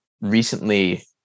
recently